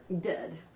Dead